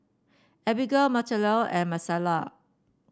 Abigail Marcela and Marisela